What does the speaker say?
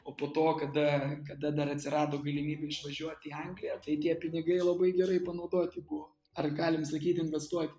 o po to kada kada dar atsirado galimybė išvažiuot į angliją tai tie pinigai labai gerai panaudoti buvo ar galim sakyt investuoti